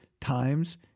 times